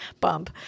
bump